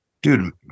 Dude